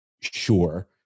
sure